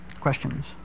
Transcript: Questions